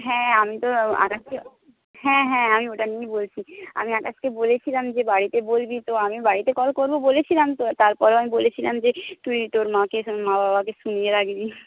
হ্যাঁ আমি তো আকাশকে হ্যাঁ হ্যাঁ আমি ওটা নিয়েই বলছি আমি আকাশকে বলেছিলাম যে বাড়িতে বলবি তো আমি বাড়িতে কল করব বলেছিলাম তো তারপরও আমি বলেছিলাম যে তুই তোর মাকে মা বাবাকে শুনিয়ে রাখবি